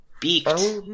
Beaked